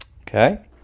Okay